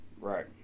Right